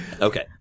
Okay